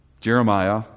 Jeremiah